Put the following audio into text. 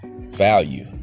value